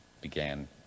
Began